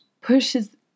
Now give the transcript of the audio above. pushes